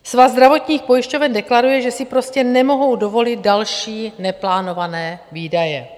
Svaz zdravotních pojišťoven deklaruje, že si prostě nemohou dovolit další neplánované výdaje.